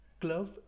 club